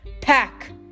Pack